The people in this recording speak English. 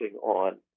on